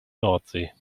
nordsee